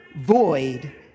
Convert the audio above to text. void